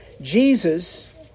Jesus